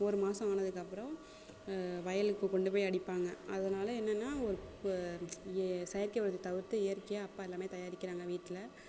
ஒரு மாதம் ஆனதுக்கப்புறம் வயலுக்கு கொண்டு போய் அடிப்பாங்க அதனால் என்னென்னா செயற்கை உரத்தை தவிர்த்து இயற்கையாக அப்பா எல்லாம் தயாரிக்கிறாங்க வீட்டில்